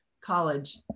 college